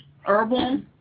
herbal